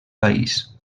país